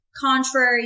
contrary